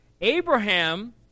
Abraham